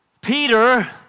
Peter